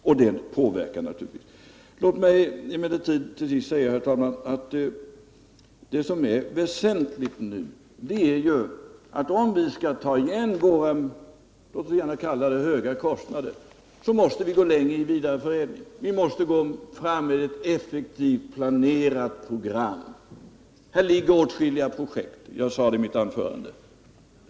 Också detta påverkar naturligtvis bilden. Låt mig emellertid till sist säga, herr talman, att det som är väsentligt nu, om vi skall ta igen våra — låt mig säga så — höga kostnader, är att vi går längre i fråga om vidareförädling. Vi måste gå fram med ett program som är en planering för att bygga en effektiv, konkurrenskraftig industri.